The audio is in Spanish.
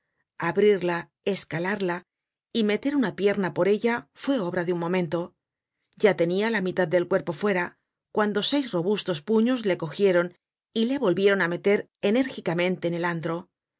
abrirla escalarla y meter una pierna por ella fue obra de un momento ya tenia la mitad del cuerpo fuera cuando seis robustos puños le cogieron y le volvieron á meter enérgicamente en el antro